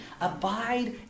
Abide